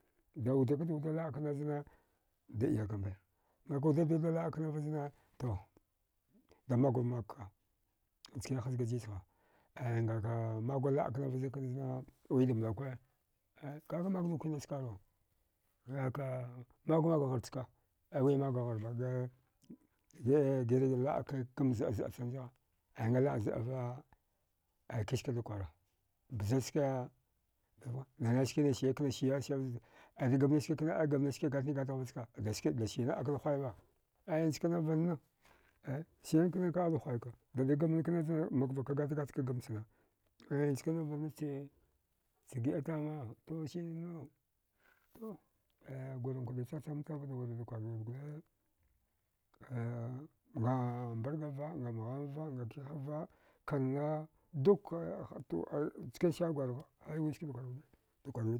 Da wudakada wuda laəkana zna da əyakamba ngaka wuda da wuda laə knava zna to damagwamagka nchkane hazga jijha aya ngaka magwa laə knava zna wida mblakuwa a kakamagwnukna skarwa kaka magwamag ghachka aya wi magwagharba girlaə ka zəa zəachan zigha aya ngha laɗ əʒava ay kiskada kwara bzazke danai skina syakna siya siya vazuda aida gamnachski kna aida gamnichske gatnigatagh vaska gaske dasiya akada ghuwayalle aya njkana vanna siyan kna kada huwaika dadagaman kna zna makvaka gatgatka gamchana aya njkana vannache giəa tama to sirannau to aya gurankwada chacham tamva dawurada kwarwiwud gule aya nga mbargava nga mghamva nga kihava kanna dukaha chkansen gurgha ai wiskada kwa wuda dakwawi wud